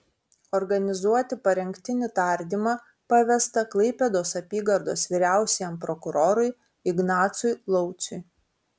organizuoti parengtinį tardymą pavesta klaipėdos apygardos vyriausiajam prokurorui ignacui lauciui